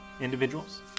individuals